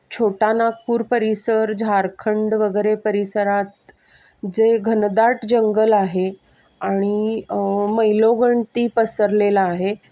छोटा नागपूर परिसर झारखंड वगैरे परिसरात जे घनदाट जंगल आहे आणि मैलोगणती पसरलेलं आहे